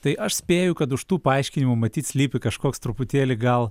tai aš spėju kad už tų paaiškinimų matyt slypi kažkoks truputėlį gal